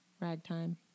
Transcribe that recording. Ragtime